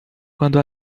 quando